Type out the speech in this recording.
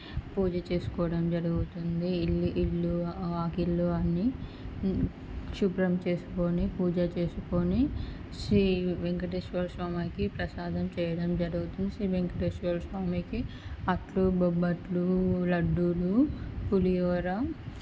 పూజ చేసుకోవడం జరుగుతుంది ఇల్లి ఇల్లు వాకిళ్ళు అన్నీ శుభ్రం చేసుకోని పూజ చేసుకోని శ్రీ వెంకటేశ్వర స్వామికి ప్రసాదం చేయడం జరుగుతుంది శ్రీ వెంకటేశ్వర స్వామికి అట్లు బొబ్బట్లు లడ్డులు పులిహూర